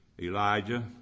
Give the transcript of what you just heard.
Elijah